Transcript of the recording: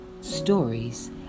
Stories